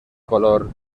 color